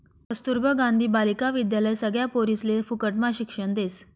कस्तूरबा गांधी बालिका विद्यालय सगळ्या पोरिसले फुकटम्हा शिक्षण देस